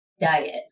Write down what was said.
diet